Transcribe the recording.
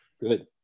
Good